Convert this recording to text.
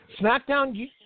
SmackDown